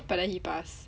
but then he pass